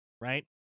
right